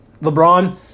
LeBron